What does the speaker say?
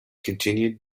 continued